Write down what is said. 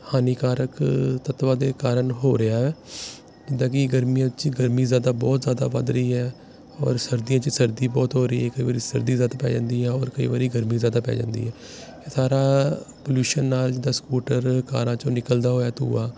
ਹਾਨੀਕਾਰਕ ਤੱਤਵਾਂ ਦੇ ਕਾਰਨ ਹੋ ਰਿਹਾ ਹੈ ਜਿੱਦਾਂ ਕਿ ਗਰਮੀ ਜ਼ਿਆਦਾ ਬਹੁਤ ਜ਼ਿਆਦਾ ਵਧ ਰਹੀ ਹੈ ਔਰ ਸਰਦੀਆਂ 'ਚ ਸਰਦੀ ਬਹੁਤ ਹੋ ਰਹੀ ਕਈ ਵਾਰ ਸਰਦੀ ਜ਼ਿਆਦਾ ਪੈ ਜਾਂਦੀ ਹੈ ਔਰ ਕਈ ਵਾਰ ਗਰਮੀ ਜ਼ਿਆਦਾ ਪੈ ਜਾਂਦੀ ਹੈ ਇਹ ਸਾਰਾ ਪਲਿਊਸ਼ਨ ਨਾਲ ਜਿੱਦਾਂ ਸਕੂਟਰ ਕਾਰਾਂ ਚੋਂ ਨਿਕਲਦਾ ਹੋਇਆ ਧੂੰਆਂ